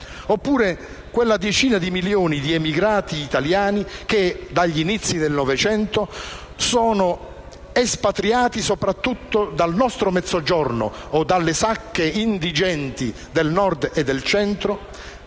Oppure quella decina di milioni di emigrati italiani che, dagli inizi del Novecento, sono espatriati, soprattutto dal nostro Mezzogiorno o dalle sacche indigenti del Nord e del Centro,